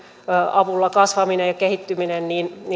avulla kasvaminen ja kehittyminen